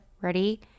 Ready